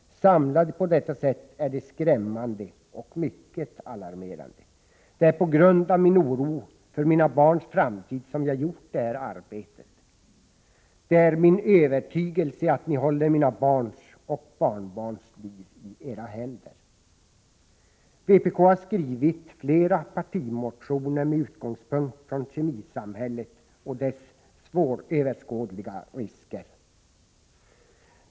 Samlade på detta sätt är de skrämmande och mycket alarmerande. Det är på grund av min oro för mina barns framtid som jag gjort det här arbetet ———.——— det är min övertygelse att Ni håller mina barns och barnbarns liv i era händer.” Vpk har skrivit flera partimotioner med utgångspunkt i kemisamhället och dess svåröverskådliga risker.